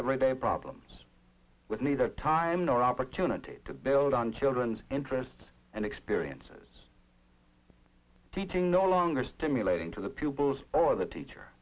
everyday problems with neither time nor opportunity to build on children's interests and experiences teaching no longer stimulating to the pupils or the teacher